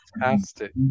fantastic